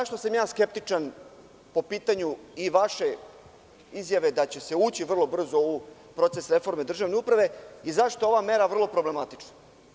Zašto sam ja skeptičan po pitanju i vaše izjave da će se ući vrlo brzo u proces reforme državne uprave i zašto ova mera vrlo problematična?